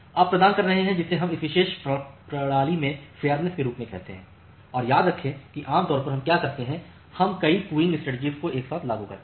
आप प्रदान कर रहे हैं जिसे हम इस विशेष प्रणाली में फेयरनेस के रूप में कहते हैं और याद रखें कि आम तौर पर हम क्या करते हैं कि हम कई क्यूइंग स्ट्रेटेजी को एक साथ लागू करते हैं